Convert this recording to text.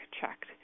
checked